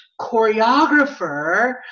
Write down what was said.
choreographer